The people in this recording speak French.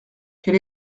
quel